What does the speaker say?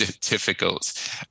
difficult